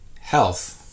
health